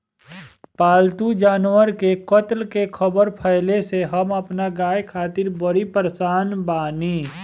पाल्तु जानवर के कत्ल के ख़बर फैले से हम अपना गाय खातिर बड़ी परेशान बानी